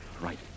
Right